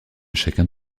chacun